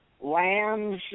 lambs